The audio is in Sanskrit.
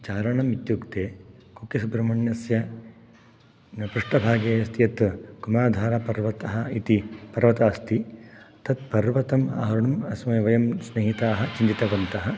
चारणम् इत्युक्ते कुक्के सुब्रह्मण्यस्य पृष्ठभागे अस्ति यत् कुमाधारापर्वतः इति पर्वतः अस्ति तत् पर्वतम् आरोढुं वयं स्नेहिताः चिन्तितवन्तः